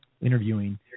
interviewing